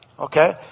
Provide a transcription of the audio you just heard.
Okay